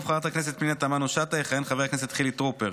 חברת הכנסת פנינה תמנו שטה יכהן חבר הכנסת חילי טרופר,